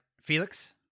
felix